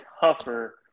tougher